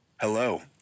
Hello